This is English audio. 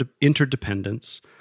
interdependence